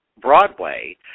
Broadway